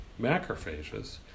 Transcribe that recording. macrophages